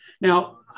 Now